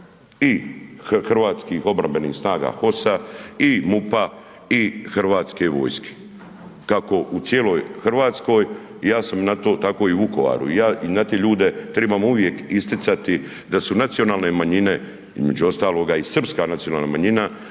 i hrvatskim obrambenih snaga HOS-a i MUP-a i Hrvatske vojske kako u cijeloj Hrvatskoj tako i u Vukovaru i te ljude trebamo uvijek isticati da su nacionalne manjine, između ostaloga i Srpska nacionalna manjina